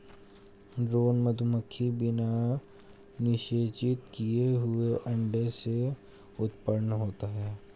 drone मधुमक्खी बिना निषेचित किए हुए अंडे से उत्पन्न होता है